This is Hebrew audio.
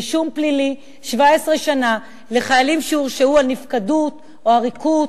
רישום פלילי 17 שנה לחיילים שהורשעו על נפקדות או עריקות,